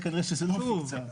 כנראה שזאת לא פיקציה.